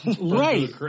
right